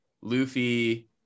Luffy